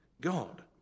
God